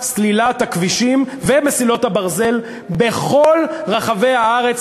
סלילת הכבישים ומסילות הברזל בכל רחבי הארץ,